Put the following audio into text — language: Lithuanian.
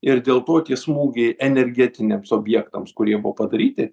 ir dėl to tie smūgiai energetiniams objektams kurie buvo padaryti